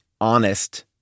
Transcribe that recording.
honest